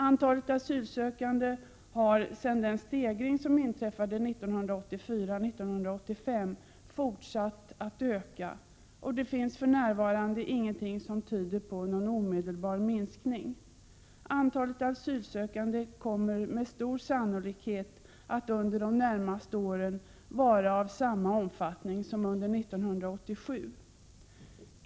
Antalet asylsökande har sedan den stegring som inträffade 1984-1985 fortsatt att öka, och det finns för närvarande ingenting som tyder på någon omedelbar minskning. Antalet asylsökande kommer med stor sannolikhet att under de närmaste åren vara av samma omfattning som under 1987.